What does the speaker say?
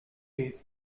you